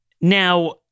Now